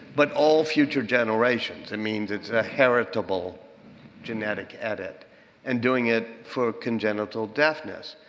but all future generations. it means it's an inheritable genetic edit and doing it for congenital deafness.